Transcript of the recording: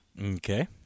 okay